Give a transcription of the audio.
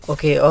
Okay